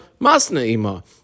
masna'ima